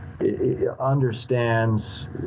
understands